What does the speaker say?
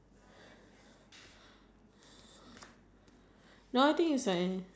like because they gonna stay in a hotel like they gonna go like where they gonna go